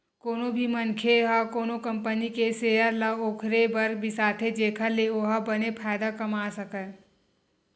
कोनो भी मनखे ह कोनो कंपनी के सेयर ल ओखरे बर बिसाथे जेखर ले ओहा बने फायदा कमा सकय